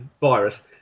virus